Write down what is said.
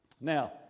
Now